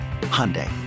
Hyundai